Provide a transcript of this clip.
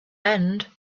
end